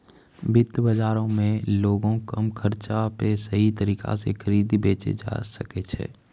वित्त बजारो मे लोगें कम खर्चा पे सही तरिका से खरीदे बेचै सकै छै